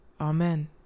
Amen